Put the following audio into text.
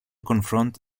confront